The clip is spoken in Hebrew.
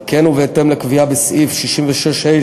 על כן, ובהתאם לקביעה בסעיף 66(ה)